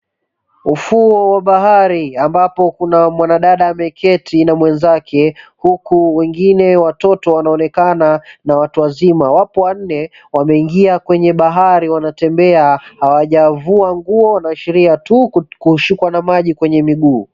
Ufuo wa bahari ambapo kuna mwanadada ameketi na mwenzake huku wengine watoto wanaonekana na watu wazima wapo wanne wameingia kwenye bahari wanatembea. Hawajavua nguo wanaashiria tu kushikwa na maji kwenye miguu.